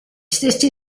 stessi